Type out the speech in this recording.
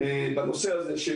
לנושא הזה של